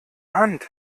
hand